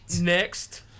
Next